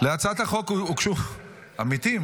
להצעת החוק הוגשו, אמיתי,